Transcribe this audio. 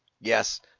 yes